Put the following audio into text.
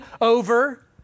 over